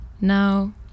now